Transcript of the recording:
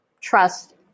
trust